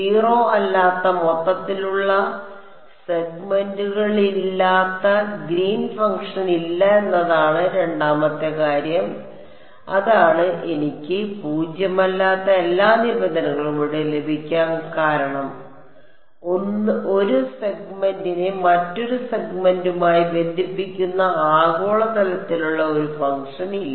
zero അല്ലാത്ത മൊത്തത്തിലുള്ള സെഗ്മെന്റുകളില്ലാത്ത ഗ്രീൻ ഫംഗ്ഷൻ ഇല്ല എന്നതാണ് രണ്ടാമത്തെ കാര്യം അതാണ് എനിക്ക് പൂജ്യമല്ലാത്ത എല്ലാ നിബന്ധനകളും ഇവിടെ ലഭിക്കാൻ കാരണം 1 സെഗ്മെന്റിനെ മറ്റൊരു സെഗ്മെന്റുമായി ബന്ധിപ്പിക്കുന്ന ആഗോള തരത്തിലുള്ള ഒരു ഫംഗ്ഷൻ ഇല്ല